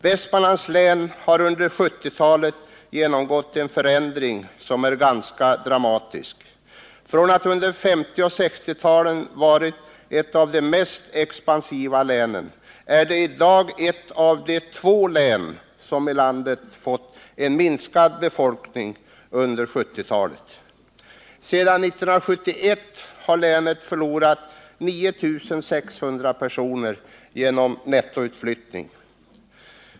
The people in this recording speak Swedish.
Västmanlands län har under 1970-talet genomgått en förändring som är ganska dramatisk. Från att under 1950 och 1960-talen ha varit ett av de mest expansiva länen, är det i dag ett av två län i landet som fått en minskad befolkning under 1970-talet. Sedan 1971 har länet förlorat ca 9 600 personer genom nettoutflyttning.